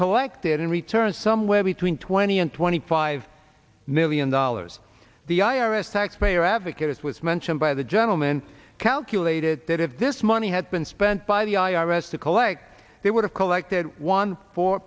collected in return somewhere between twenty and twenty five million dollars the i r s tax payer advocates was mentioned by the gentleman calculated that if this money had been spent by the i r s to collect they would have collected one four